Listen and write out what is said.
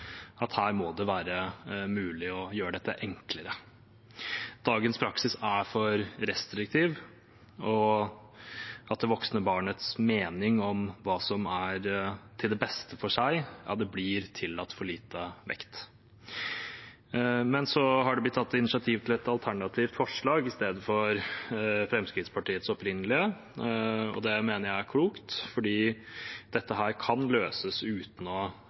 at her må det være mulig å gjøre dette enklere. Dagens praksis er for restriktiv, og det voksne barnets mening om hva som er til det beste for seg, blir tillagt for liten vekt. Så har det blitt tatt initiativ til et alternativt forslag i stedet for Fremskrittspartiets opprinnelige. Det mener jeg er klokt, fordi dette kan løses uten å